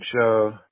show